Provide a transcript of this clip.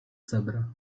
cebra